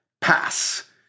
PASS